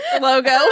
logo